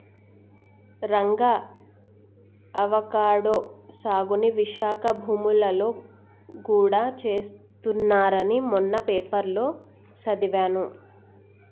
Ranga avocado సాగుని విశాఖ భూములలో గూడా చేస్తున్నారని మొన్న పేపర్లో సదివాను